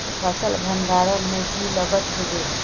फसल भण्डारण में की लगत होबे?